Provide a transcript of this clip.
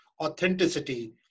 authenticity